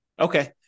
Okay